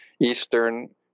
Eastern